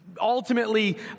ultimately